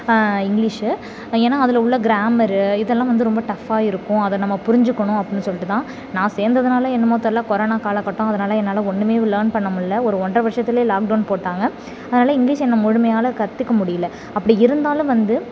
English ஏன்னால் அதில் உள்ள க்ராம்மரு இதெல்லாம் வந்து ரொம்ப டஃப்பா இருக்கும் அதை நம்ம புரிஞ்சுக்கணும் அப்படினு சொல்லிவிட்டு தான் நான் சேர்ந்ததுனால என்னமோ தெரியல கொரனா காலகட்டோம் அதனாலே என்னால் ஒன்றுமே லேர்ன் பண்ண முடியல ஒரு ஒன்றரை வருஷத்திலையே லாக்டவுன் போட்டாங்க அதனாலே இங்கிலிஷ் என்ன முழுமையாலக கற்றுக்க முடியல அப்படி இருந்தாலும் வந்து